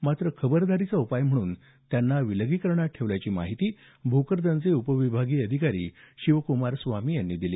मात्र खबरदारीचा उपाय म्हणून त्यांना विलगीकरणात ठेवल्याची माहिती भोकरदनचे उपविभागीय अधिकारी शिवक्मार स्वामी यांनी दिली